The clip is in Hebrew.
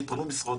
התפנו משרות,